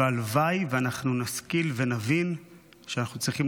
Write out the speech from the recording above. הלוואי שאנחנו נשכיל להבין שאנחנו צריכים